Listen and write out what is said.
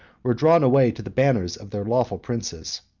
were drawn away to the banners of their lawful princes.